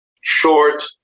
short